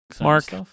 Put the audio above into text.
mark